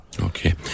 Okay